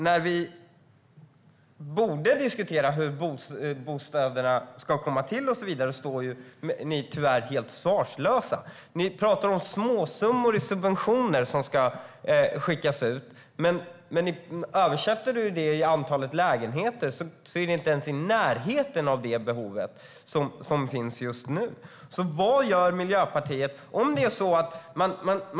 När vi borde diskutera hur bostäderna ska komma till och så vidare står ni tyvärr helt svarslösa. Ni pratar om småsummor i subventioner som ska skickas ut, men översätter man det i antalet lägenheter är det inte ens i närheten av att motsvara det behov som finns just nu. Vad gör Miljöpartiet?